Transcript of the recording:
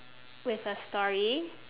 with a story